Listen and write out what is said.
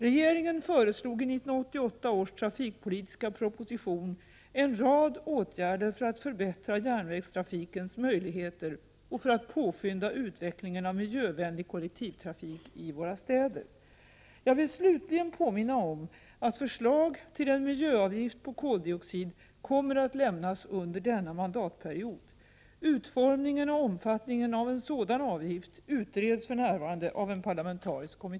Regeringen föreslog i 1988 års trafikpolitiska proposition en rad åtgärder för att förbättra järnvägstrafikens möjligheter och för att påskynda utvecklingen av miljövänlig kollektivtrafik i våra städer. Jag vill slutligen påminna om att förslag till en miljöavgift på koldioxid kommer att lämnas under denna mandatperiod. Utformningen och omfatt